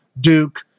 Duke